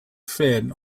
fed